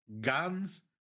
guns